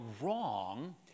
wrong